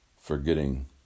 Forgetting